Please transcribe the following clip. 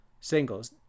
singles